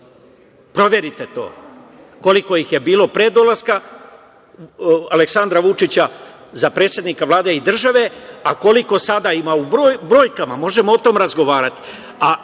Proverite to, koliko ih je bilo pre dolaska Aleksandra Vučića za predsednika Vlade i države, a koliko sada ima. U brojkama. Možemo o tome razgovarati,